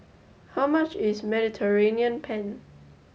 how much is Mediterranean Penne